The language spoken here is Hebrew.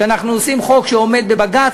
שאנחנו עושים חוק שעומד בבג"ץ,